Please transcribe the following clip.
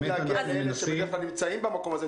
השאלה אם אתם מצליחים להגיע לאלה שבדרך כלל נמצאים במקום הזה,